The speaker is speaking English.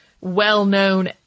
well-known